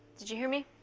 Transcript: did you hear me?